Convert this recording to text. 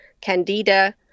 candida